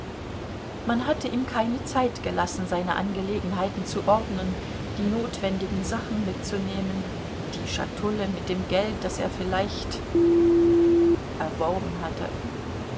man hatte ihm keine zeit gelassen seine angelegenheiten zu ordnen die notwendigen sachen mitzunehmen die schatulle mit dem geld das er vielleicht erworben hatte